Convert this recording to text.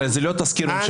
הרי זה לא תזכיר ממשלתי,